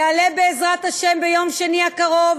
יעלה, בעזרת השם, ביום שני הקרוב,